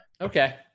okay